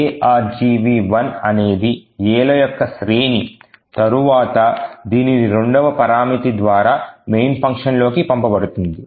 ఈ argv1 అనేది Aల యొక్క శ్రేణి తరువాత దీనిని రెండవ పరామితి ద్వారా main ఫంక్షన్ లో కి పంపబడుతుంది